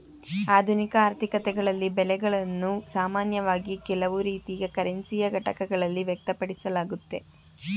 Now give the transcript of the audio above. ಆಧುನಿಕ ಆರ್ಥಿಕತೆಗಳಲ್ಲಿ ಬೆಲೆಗಳನ್ನು ಸಾಮಾನ್ಯವಾಗಿ ಕೆಲವು ರೀತಿಯ ಕರೆನ್ಸಿಯ ಘಟಕಗಳಲ್ಲಿ ವ್ಯಕ್ತಪಡಿಸಲಾಗುತ್ತೆ